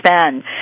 spend